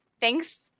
Thanks